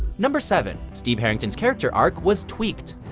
number seven steve harringtons' character arc was tweaked.